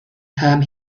term